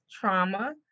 trauma